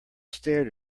stared